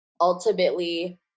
ultimately